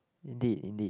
indeed indeed